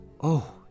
Oh